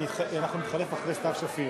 אמרתי,